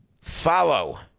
Follow